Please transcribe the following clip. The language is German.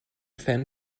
fan